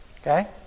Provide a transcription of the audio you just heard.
Okay